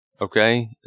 Okay